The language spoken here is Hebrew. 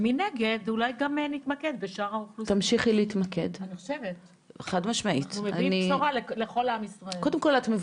אני חושבת שכדאי להביא את הבשורה לכל האוכלוסיות.